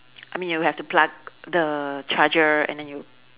I mean you have to plug the charger and then you